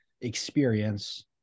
experience